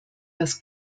das